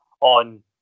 on